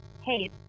hey